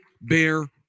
bear